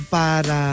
para